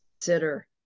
consider